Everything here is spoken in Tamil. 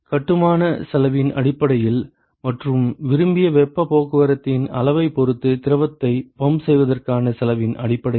கட்டுமான செலவின் அடிப்படையில் மற்றும் விரும்பிய வெப்பப் போக்குவரத்தின் அளவைப் பொறுத்து திரவத்தை பம்ப் செய்வதற்கான செலவின் அடிப்படையில்